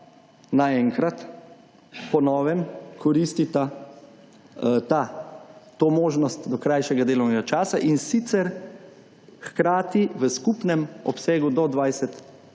na enkrat, po novem, koristita to možnost do krajšega delovnega časa, in sicer hkrati v skupnem obsegu do 20